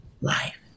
life